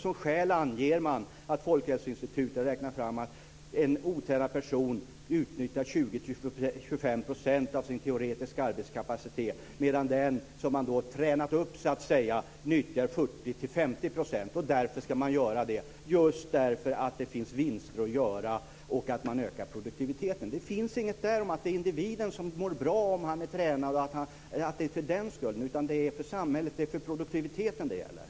Som skäl anger man att Folkhälsoinstitutet har räknat fram att en otränad person utnyttjar 20-25 % av sin teoretiska arbetskapacitet medan en som man tränat upp, så att säga, nyttjar 40-50 %. Därför ska man göra det: just därför att det finns vinster att göra och att man ökar produktiviteten. Det finns inget där om att individen mår bra om han är tränad och att det är för den skull, utan det är samhället och produktiviteten det gäller.